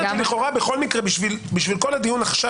לכאורה בכל מקרה בשביל כל הדיון עכשיו